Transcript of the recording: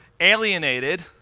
alienated